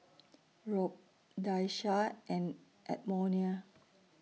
Rob Daisha and Edmonia